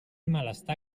malestar